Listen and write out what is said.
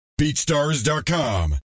BeatStars.com